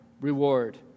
reward